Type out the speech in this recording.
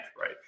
right